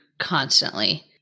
constantly